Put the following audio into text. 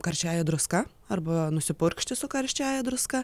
karčiaja druska arba nusipurkšti su karščiaja druska